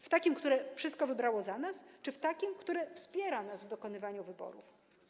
W takim, które wszystko wybrało za nas, czy w takim, które wspiera nas w dokonywaniu wyborów?